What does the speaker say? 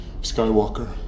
Skywalker